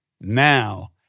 now